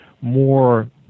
more